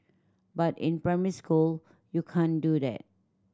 but in primary school you can't do that